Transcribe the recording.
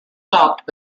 stopped